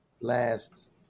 last